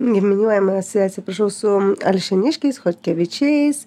giminiuojamasi atsiprašau su alšėniškiais chodkevičiais